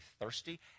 thirsty